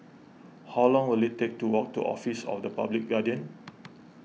how long will it take to walk to Office of the Public Guardian